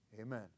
Amen